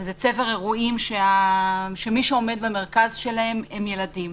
וזה צבר אירועים שמי שעומד במרכז שלהם הם ילדים.